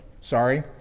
sorry